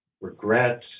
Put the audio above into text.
regret